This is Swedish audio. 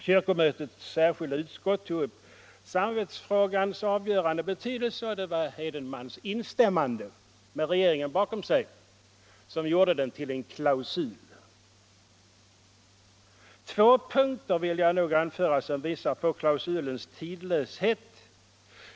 Kyrkomötets särskilda utskott tog upp samvetsfrågans avgörande betydelse, och det var Ragnar Edenmans instämmande med regeringen bakom sig, som gjorde den till en klausul. Två punkter vill jag anföra som visar på klausulens tidlöshet.